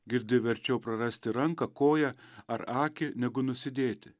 girdi verčiau prarasti ranką koją ar akį negu nusidėti